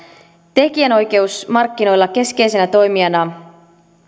tekijänoikeusmarkkinoilla keskeisinä toimijoina